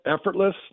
effortless